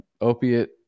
Opiate